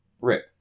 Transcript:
Rick